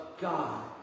God